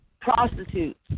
prostitutes